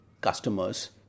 customers